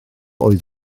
oedd